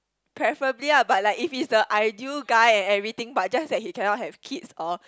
preferably ah but like if he's the ideal guy and everything but just that he cannot have kids or